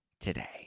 today